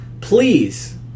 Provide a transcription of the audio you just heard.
Please